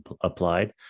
applied